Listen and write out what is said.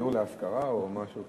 יגיעו להסדרה או משהו כזה.